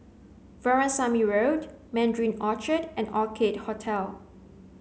Veerasamy Road Mandarin Orchard and Orchid Hotel